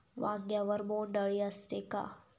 वांग्यावर बोंडअळी असते का?